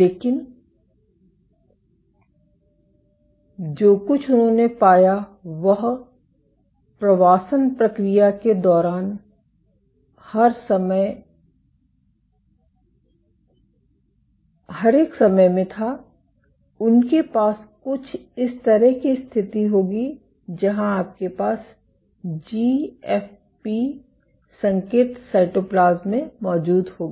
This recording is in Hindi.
लेकिन जो कुछ उन्होंने पाया वह प्रवासन प्रक्रिया के दौरान हर एक समय में था उनके पास कुछ इस तरह की स्थिति होगी जहां आपके पास जीएफपी संकेत साइटोप्लाज्म में मौजूद होगा